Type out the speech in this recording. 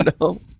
no